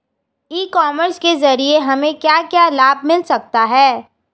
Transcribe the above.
ई commerce के ज़रिए हमें क्या क्या लाभ मिल सकता है?